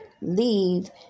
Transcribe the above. leave